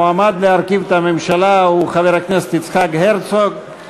המועמד להרכיב את הממשלה הוא חבר הכנסת יצחק הרצוג,